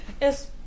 yes